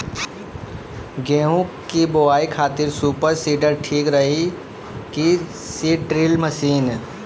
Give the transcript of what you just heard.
गेहूँ की बोआई खातिर सुपर सीडर ठीक रही की सीड ड्रिल मशीन?